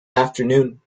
afternoon